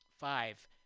Five